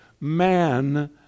man